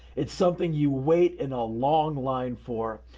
it's something you wait in a long line for.